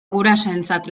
gurasoentzat